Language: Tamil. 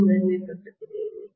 மீண்டும் முதன்மை பக்கத்திலேயே